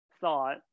thought